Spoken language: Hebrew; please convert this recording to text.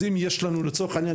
אז אם יש לנו לצורך העניין,